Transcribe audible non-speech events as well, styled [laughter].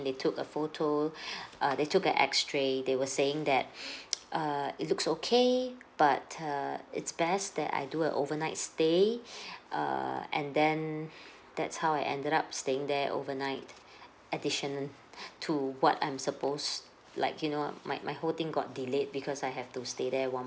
they took a photo [breath] uh they took a X ray they were saying that [breath] [noise] err it looks okay but err it's best that I do a overnight stay [breath] err and then that's how I ended up staying there overnight addition to what I'm supposed like you know my my whole thing got delayed because I have to stay there one